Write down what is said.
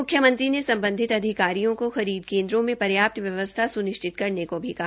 मुख्यमंत्री ने सम्बधित अधिकारियों को खरीद केन्दों में पर्याप्त व्यवस्था सुनिश्चित करने को कहा